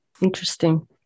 Interesting